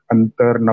Antar